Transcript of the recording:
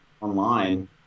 online